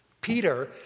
Peter